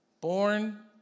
Born